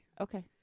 Okay